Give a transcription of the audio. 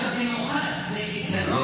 והרווחה להכנתה לקריאה השנייה והשלישית.